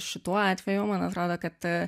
šituo atveju man atrodo kad